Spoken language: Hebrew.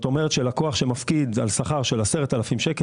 לקוח שמפקיד על שכר של 10,000 שקל